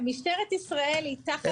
משטרת ישראל היא תחת המשרד לביטחון פנים.